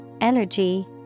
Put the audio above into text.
energy